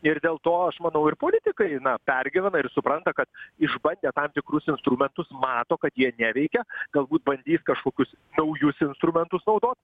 ir dėl to aš manau ir politikai pergyvena ir supranta kad išbandė tam tikrus instrumentus mato kad jie neveikia galbūt bandys kažkokius naujus instrumentus naudot